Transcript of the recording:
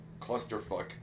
Clusterfuck